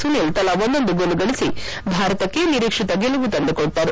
ಸುನೀಲ್ ತಲಾ ಒಂದೊಂದು ಗೋಲು ಗಳಿಸಿ ಭಾರತಕ್ಕೆ ನರೀಕ್ಷಿತ ಗೆಲುವು ತಂದುಕೊಟ್ಟರು